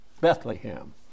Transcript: Bethlehem